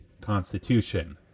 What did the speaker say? Constitution